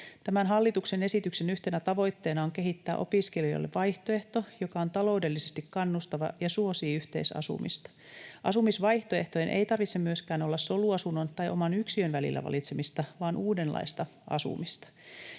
Tämän hallituksen esityksen yhtenä tavoitteena on kehittää opiskelijoille vaihtoehto, joka on taloudellisesti kannustava ja suosii yhteisasumista. Asumisvaihtoehtojen ei tarvitse myöskään olla soluasunnon tai oman yksiön välillä valitsemista, vaan uudenlaista asumista.